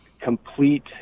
complete